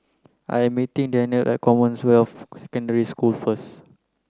I am meeting Danniel at Commonwealth Secondary School first